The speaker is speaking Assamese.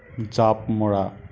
জাঁপ মৰা